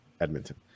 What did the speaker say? Edmonton